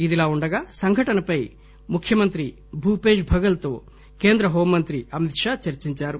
ఇదిలా ఉండగా సంఘటనపై ముఖ్యమంత్రి భూపేష్ భగల్ తో కేంద్ర హోమ్ మంత్రి అమిత్ షా చర్చించారు